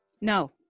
No